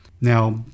Now